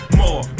more